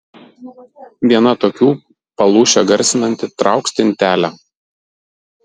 viena tokių palūšę garsinanti trauk stintelę